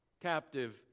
captive